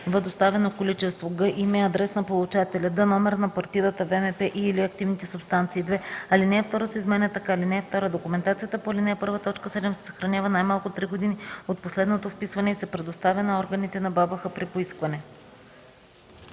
доставено количество; г) име и адрес на получателя; д) номер на партидата ВМП и/или активните субстанции.” 2. Алинея 2 се изменя така: „(2) Документацията по ал. 1, т. 7 се съхранява най-малко три години от последното вписване и се предоставя на органите на БАБХ при поискване.”.